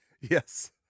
Yes